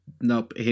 Nope